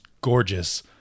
gorgeous